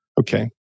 okay